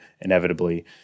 inevitably